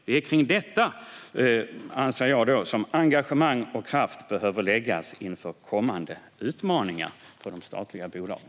Det är på detta, anser jag, som engagemang och kraft behöver läggas inför kommande utmaningar för de statliga bolagen.